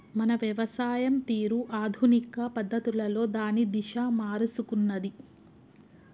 మన వ్యవసాయం తీరు ఆధునిక పద్ధతులలో దాని దిశ మారుసుకున్నాది